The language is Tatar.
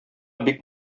бик